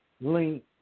link